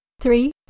Three